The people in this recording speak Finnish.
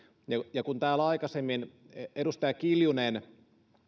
ja kun täällä aikaisemmin edustaja kiljunen